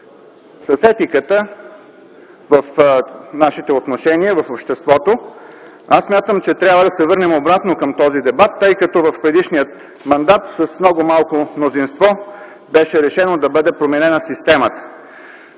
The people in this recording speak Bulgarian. с етиката в нашите отношения в обществото, аз смятам, че трябва да се върнем обратно към този дебат, тъй като в предишния мандат с много малко мнозинство беше решено да бъде променена системата.